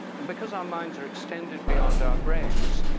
and because our minds are extended beyond our brains,